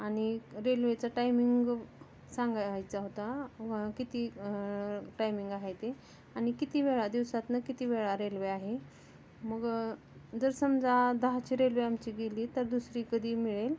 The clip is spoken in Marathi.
आणि रेल्वेचा टायमिंग सांगायचा होता व किती टायमिंग आहे ते आणि किती वेळा दिवसातून किती वेळा रेल्वे आहे मग जर समजा दहाची रेल्वे आमची गेली तर दुसरी कधी मिळेल